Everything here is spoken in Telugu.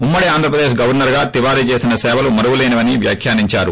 ఉమ్మ డి ఆంధ్రప్రదేశ్ గవర్సర్గా తివారీ చేసిన సేవలు మరువలేనివని వ్యాఖ్యానించారు